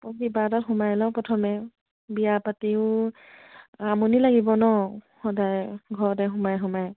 অঁ কিবা এটাত সোমাই লওঁ প্ৰথমে বিয়া পাতিও আমনি লাগিব ন সদায় ঘৰতে সোমাই সোমাই